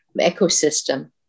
ecosystem